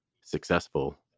successful